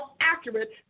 accurate